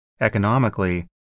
economically